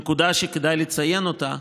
נקודה שכדאי לציין אותה: